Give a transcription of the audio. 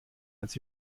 als